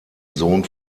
sohn